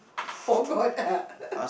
forgot ah